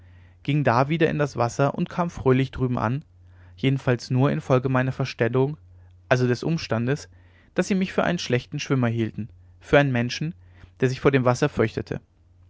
ging da wieder in das wasser und kam fröhlich drüben an jedenfalls nur infolge meiner verstellung also des umstandes daß sie mich für einen schlechten schwimmer hielten für einen menschen der sich vor dem wasser fürchtete